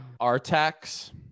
Artax